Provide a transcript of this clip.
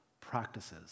practices